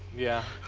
yeah.